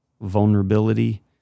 vulnerability